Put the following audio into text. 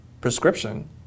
prescription